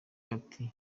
bati